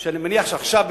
אני מניח שעכשיו,